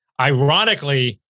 Ironically